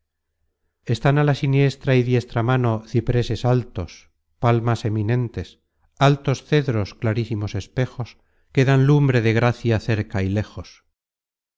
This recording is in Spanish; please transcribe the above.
gentes están á la siniestra y diestra mano cipreses altos palmas eminentes altos cedros clarísimos espejos que dan lumbre de gracia cerca y lejos